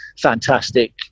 fantastic